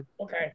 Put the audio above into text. Okay